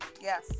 Yes